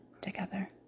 together